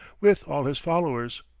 with all his followers.